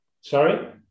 Sorry